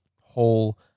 whole